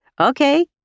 Okay